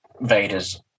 Vader's